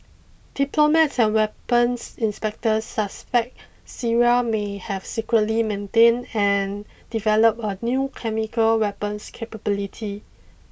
diplomats and weapons inspectors suspect Syria may have secretly maintained and developed a new chemical weapons capability